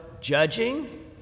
judging